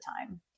time